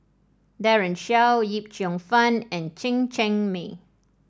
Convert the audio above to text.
Daren Shiau Yip Cheong Fun and Chen Cheng Mei